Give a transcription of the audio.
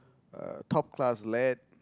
uh top class lad